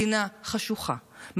מדינה חשוכה,